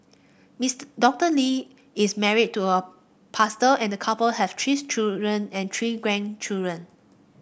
Mister Doctor Lee is married to a pastor and the couple have children and three grandchildren